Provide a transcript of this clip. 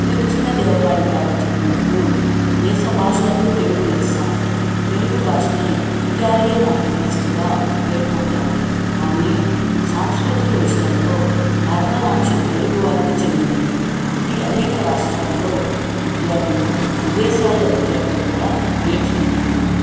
శ్రీకృష్ణదేవరాయలు గారు చెప్పినట్టు దేశ భాషలందు తెలుగు లెస్స తెలుగు భాషనే ఇటాలియన్ ఆఫ్ ది ఈస్ట్గా పేర్కొంటారు కానీ సాంస్కృతిక విషయాల్లో భరతనాట్యం తెలుగువారికి చెందినది ఇది అనేక రాష్ట్రాల్లో విద్యార్థులు విదేశాల్లో విద్యార్థులు కూడా నేర్చుకుంటున్నారు